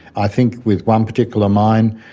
i think with one particular mine,